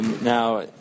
Now